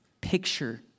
picture